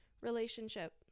relationship